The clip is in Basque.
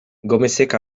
gomezek